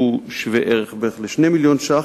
שהוא שווה ערך לכ-2 מיליוני שקלים,